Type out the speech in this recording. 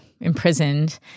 imprisoned